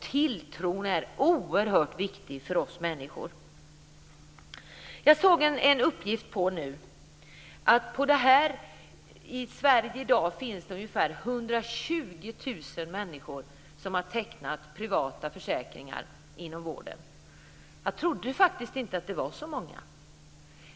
Tilltron är oerhört viktig för oss människor. Jag såg en uppgift på att det i Sverige i dag finns ungefär 120 000 människor som har tecknat privata försäkringar inom vården. Jag trodde faktiskt inte att det var så många.